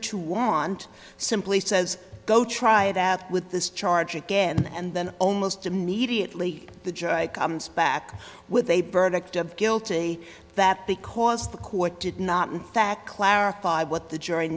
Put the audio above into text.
to want simply says go try that with this charge again and then almost immediately the judge comes back with a burden of guilty that because the court did not in fact clarify what the jury